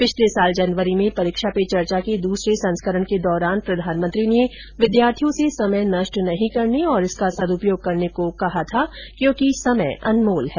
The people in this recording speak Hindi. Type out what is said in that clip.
पिछले वर्ष जनवरी में परीक्षा पे चर्चा के दूसरे संस्करण के दौरान प्रधानमंत्री ने विद्यार्थियों से समय नष्ट न करने तथा इसका सद्रपयोग करने को कहा था क्योंकि समय अनमोल है